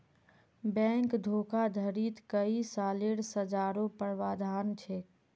bank धोखाधडीत कई सालेर सज़ारो प्रावधान छेक